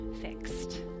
fixed